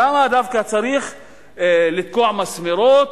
שם דווקא צריך לקבוע מסמרות,